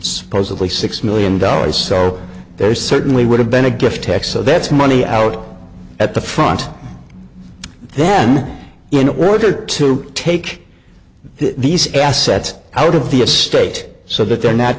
supposedly six million dollars so there certainly would have been a gift tax so that's money out at the front then in order to take these assets out of the a state so that they're not